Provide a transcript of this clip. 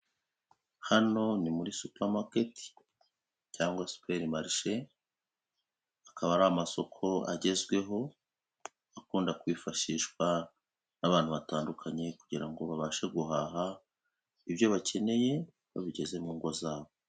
Hano ni muri supa maketi cyangwa superi marishe, akaba ari amasoko agezweho. Akunda kwifashishwa n'abantu batandukanye kugira ngo babashe guhaha, ibyo bakeneye babigeze mu ngo zabo.